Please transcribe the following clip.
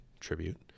Tribute